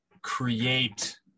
create